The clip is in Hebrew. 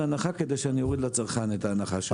הנחה כדי שאני אוריד לצרכן את ההנחה שלו.